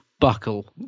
buckle